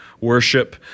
worship